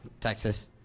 Texas